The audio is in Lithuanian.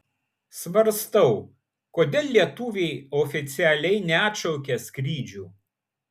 svarstau kodėl lietuviai oficialiai neatšaukia skrydžių